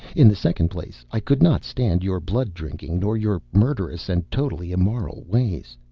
in the second place, i could not stand your blood-drinking nor your murderous and totally immoral ways.